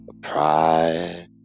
pride